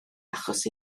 achos